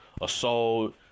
assault